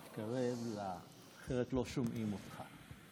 תתקרב, אחרת לא שומעים אותך.